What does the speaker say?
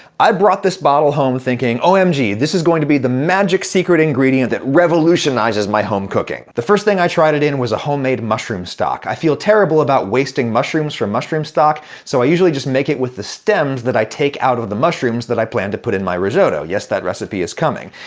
i bought this bottle home thinking, omg, this is going to be the magic secret ingredient that revolutionizes my home cooking. the first thing i tried it in was a homemade mushroom stock. i feel terrible about wasting mushrooms for mushroom stock, so i usually just make it with the stems that i take out of the mushrooms that i plan to put in my risotto. yes, that recipe is coming.